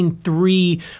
three